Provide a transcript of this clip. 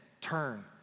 Turn